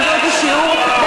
אתם לא תלמדו אותי שיעור באיך,